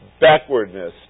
backwardness